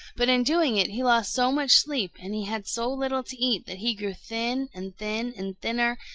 but in doing it he lost so much sleep and he had so little to eat that he grew thin and thin and thinner,